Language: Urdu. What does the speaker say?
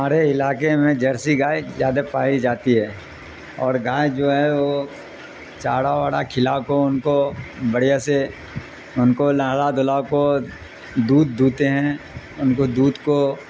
ہمارے علاقے میں جرسی گائے زیادہ پائی جاتی ہے اور گائے جو ہے وہ چارہ واڑا کھلاہ کو ان کو بڑھیا سے ان کو نہہلا دلہ کو دودھ دھوتے ہیں ان کو دودھ کو